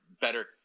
better